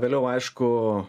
vėliau aišku